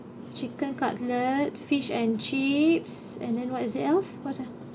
chicken cutlet fish and chips and then what is else